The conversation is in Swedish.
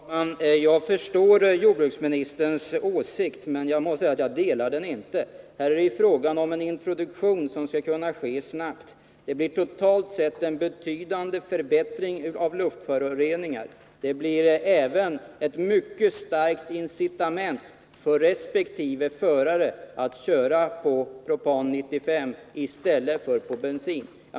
Herr talman! Jag förstår jordbruksministerns åsikt, men jag delar den inte. Här är det fråga om en introduktion som skall ske snabbt. Totalt sett blir det en betydande förbättring när det gäller luftföroreningarna. Dessutom blir det ett mycket starkt incitament för bilförarna att köra på propan 95 i stället för på bensin.